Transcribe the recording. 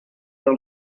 del